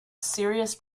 serious